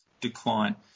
decline